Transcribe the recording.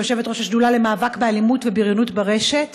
כיושבת-ראש השדולה למאבק באלימות ובריונות ברשת,